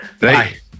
Right